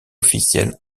officiel